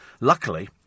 luckily